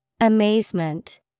Amazement